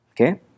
okay